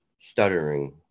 stuttering